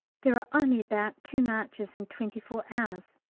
there are only about two marches in twenty-four hours,